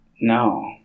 No